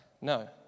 No